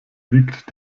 wiegt